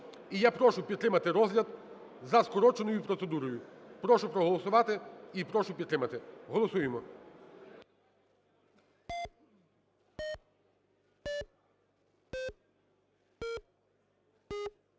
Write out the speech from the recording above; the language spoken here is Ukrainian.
І я прошу підтримати розгляд за скороченою процедурою. Прошу проголосувати і прошу підтримати. Голосуємо.